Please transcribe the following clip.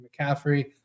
McCaffrey –